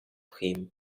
him